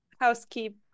housekeep